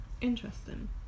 interesting